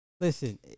Listen